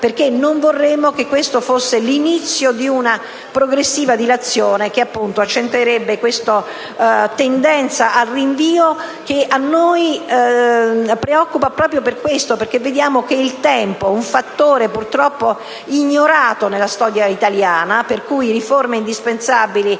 perché non vorremmo che questo fosse l'inizio di una progressiva dilatazione che appunto accentuerebbe questa tendenza al rinvio che ci sembra preoccupante, perché vediamo che il fattore tempo - un fattore purtroppo ignorato nella storia italiana, per cui riforme indispensabili